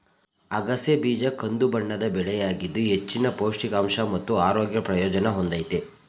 ಅಗಸೆ ಬೀಜ ಕಂದುಬಣ್ಣದ ಬೆಳೆಯಾಗಿದ್ದು ಹೆಚ್ಚಿನ ಪೌಷ್ಟಿಕಾಂಶ ಮತ್ತು ಆರೋಗ್ಯ ಪ್ರಯೋಜನ ಹೊಂದಯ್ತೆ